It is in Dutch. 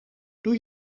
doe